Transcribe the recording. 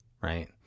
right